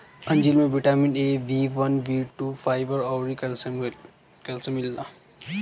अंजीर में vitamin A, B one, B two, fibre अउरी कैल्शियम मिलेला